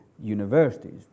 universities